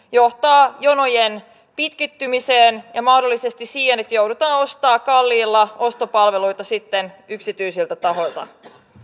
johtaa jonojen pitkittymiseen ja mahdollisesti siihen että joudutaan sitten ostamaan kalliilla ostopalveluita yksityisiltä tahoilta